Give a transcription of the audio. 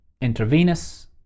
intravenous